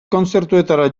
kontzertuetara